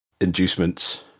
inducements